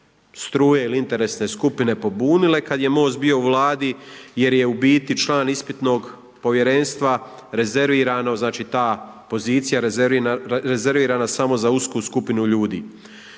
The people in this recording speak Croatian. struje ili interesne skupine pobunile kad je MOST bio u Vladi jer je u biti član ispitnog povjerenstva rezervirano, znači ta pozicija rezervirana samo za usku skupinu ljudi.